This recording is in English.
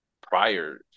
prior